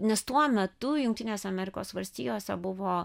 nes tuo metu jungtinėse amerikos valstijose buvo